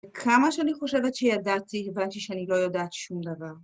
כמה שאני חושבת שידעתי, הבנתי שאני לא יודעת שום דבר.